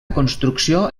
construcció